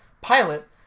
pilot